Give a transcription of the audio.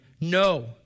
no